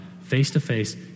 face-to-face